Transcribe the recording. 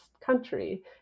country